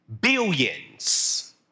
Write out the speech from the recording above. Billions